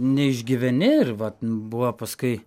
neišgyveni ir vat n buvo paskui